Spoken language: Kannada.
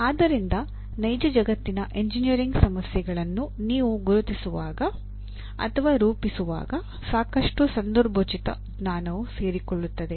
ಆದ್ದರಿಂದ ನೈಜ ಜಗತ್ತಿನ ಎಂಜಿನಿಯರಿಂಗ್ ಸಮಸ್ಯೆಗಳನ್ನು ನೀವು ಗುರುತಿಸುವಾಗ ಅಥವಾ ರೂಪಿಸುವಾಗ ಸಾಕಷ್ಟು ಸಂದರ್ಭೋಚಿತ ಜ್ಞಾನವು ಸೇರಿಕೊಳ್ಳುತ್ತದೆ